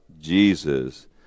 Jesus